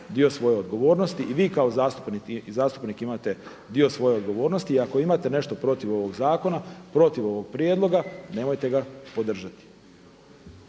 dio svoje odgovornosti i vi kao zastupnik imate dio svoje odgovornosti. I ako imate nešto protiv ovog zakona, protiv ovog prijedloga nemojte ga podržati.